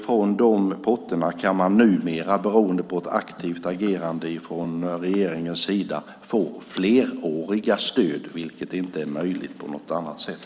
Från de potterna kan man numera, beroende på ett aktivt agerande från regeringens sida, få fleråriga stöd, vilket inte är möjligt på något annat sätt.